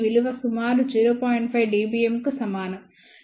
5 dBm కు సమానం